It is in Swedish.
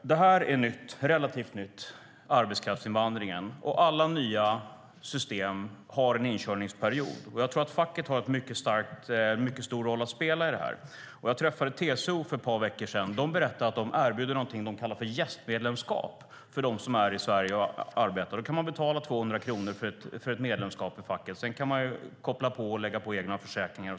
Arbetskraftsinvandringsreformen är relativt ny, och alla nya system har en inkörningsperiod. Jag tror att facket har en stor roll att spela här. Jag träffade TCO för ett par veckor sedan som berättade att man erbjuder något som kallas gästmedlemskap till dem som är i Sverige och arbetar. De får betala 200 kronor för ett medlemskap i facket och kan sedan koppla på egna försäkringar.